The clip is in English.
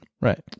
Right